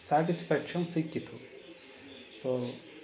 satisfaction ಸಿಕ್ಕಿತು so